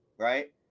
Right